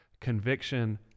conviction